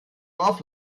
dorf